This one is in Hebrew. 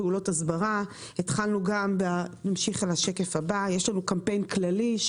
יש לנו קמפיין כללי,